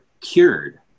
cured